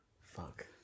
Fuck